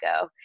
go